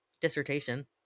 Dissertation